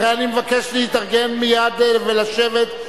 לכן אני מבקש להתארגן מייד ולשבת,